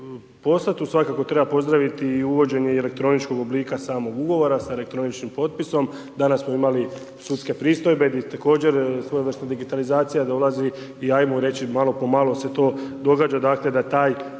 posla, tu svakako treba pozdraviti i uvođenje elektroničkog oblika samog ugovora sa elektroničnim potpisom. Danas smo imali sudske pristojbe, gdje također svojevrsno digitalizacija dolazi i ajmo reći, malo po malo se to događa, dakle, da taj